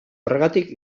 horregatik